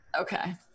Okay